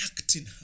acting